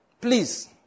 Please